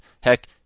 Heck